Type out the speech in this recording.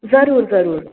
जरूर जरूर